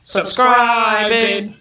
Subscribing